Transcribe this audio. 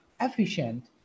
efficient